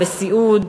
בסיעוד,